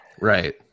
Right